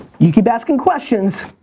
you keep asking questions.